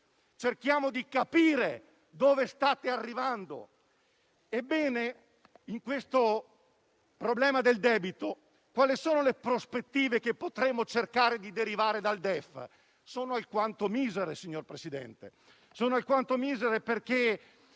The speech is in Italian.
Cerchiamo di capire dove state arrivando. Ebbene, in questo problema del debito, quali sono le prospettive che potremmo cercare di derivare dal DEF? Sono alquanto misere, signor Presidente, perché,